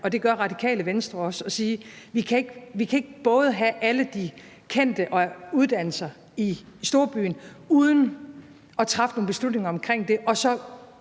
og det gør Radikale Venstre også, og sige, at vi ikke både kan have alle de kendte uddannelser i storbyen uden at træffe nogle beslutninger omkring det og